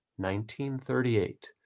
1938